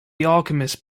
alchemists